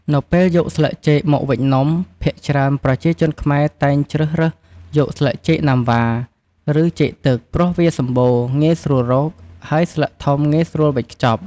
នៅពេលយកស្លឹកចេកមកវេចនំ ភាគច្រើនប្រជាជនខ្មែរតែងជ្រើសរើសយកស្លឹកចេកណាំវ៉ា ឬចេកទឹក ព្រោះវាសម្បូរងាយស្រួលរក ហើយស្លឹកធំងាយស្រួលវេចខ្ចប់។